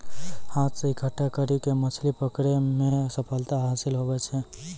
हाथ से इकट्ठा करी के मछली पकड़ै मे सफलता हासिल हुवै छै